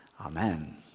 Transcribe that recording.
Amen